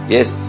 Yes